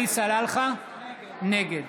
נגד